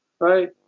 right